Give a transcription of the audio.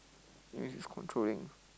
maybe he's controlling